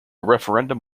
referendum